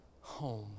home